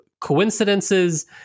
coincidences